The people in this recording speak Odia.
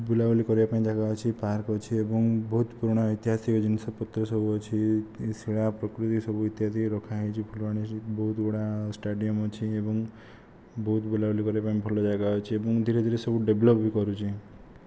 ବୁଲାବୁଲି କରିବା ପାଇଁ ଜାଗା ଅଛି ପାର୍କ ଅଛି ଏବଂ ବହୁତ ପୁରୁଣା ଐତିହାସିକ ଜିନିଷ ପତ୍ର ସବୁ ଅଛି ଶିଳା ପ୍ରକୃତି ସବୁ ଇତ୍ୟାଦି ରଖାହୋଇଛି ଫୁଲବାଣୀରେ ବହୁତ ଗୁଡ଼ାଏ ଷ୍ଟାଡ଼ିଅମ ଅଛି ଏବଂ ବହୁତ ବୁଲା ବୁଲି କରିବା ପାଇଁ ଭଲ ଜାଗା ଅଛି ଏବଂ ଧୀରେ ଧୀରେ ସବୁ ଡେଭଲପ୍ ବି କରୁଛି